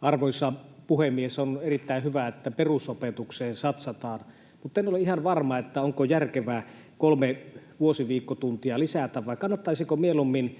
Arvoisa puhemies! On erittäin hyvä, että perusopetukseen satsataan. Mutta en ole ihan varma, onko järkevää lisätä kolme vuosiviikkotuntia, vai kannattaisiko mieluummin